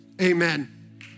amen